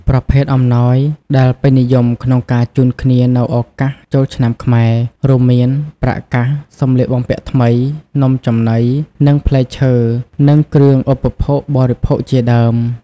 ប្រភេទអំណោយដែលពេញនិយមក្នុងការជូនគ្នានៅឱកាសចូលឆ្នាំខ្មែរ រួមមាន ប្រាក់កាស សម្លៀកបំពាក់ថ្មី នំចំណី និងផ្លែឈើ និងគ្រឿងឧបភោគបរិភោគជាដើម។